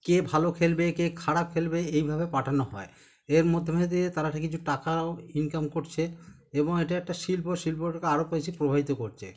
কে ভালো খেলবে কে খারাপ খেলবে এইভাবে পাঠানো হয় এর মধ্যমে দিয়ে তারা কিছু টাকাও ইনকাম করছে এবং এটা একটা শিল্প শিল্পটাকে আরো বেশি প্রভাবিত করছে